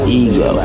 ego